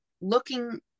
looking